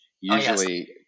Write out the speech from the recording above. usually